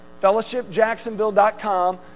fellowshipjacksonville.com